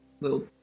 little